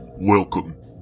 Welcome